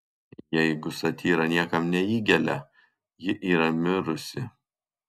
jeigu satyra niekam neįgelia ji yra mirusi